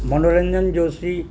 Manoranjan Joshi